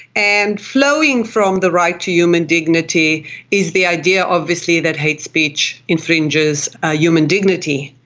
and flowing from the right to human dignity is the idea obviously that hate speech infringes ah human dignity.